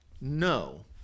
No